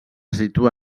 situa